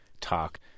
talk